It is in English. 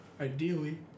Ideally